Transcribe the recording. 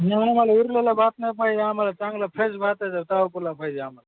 नाही आम्हाला उरलेला भात नाही पाहिजे आम्हाला चांगलं फ्रेश भातच आहे तवा पुलाव पाहिजे आम्हाला